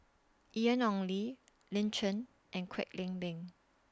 Ian Ong Li Lin Chen and Kwek Leng Beng